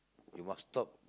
you must stop